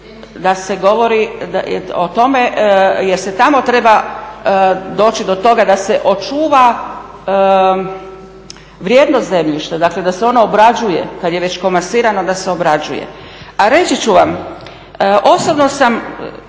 da se govori o tome jer se tamo treba doći do toga da se očuva vrijednost zemljišta, dakle da se ono obrađuje kad je već komasirano da se obrađuje. A reći ću vam osobno sam,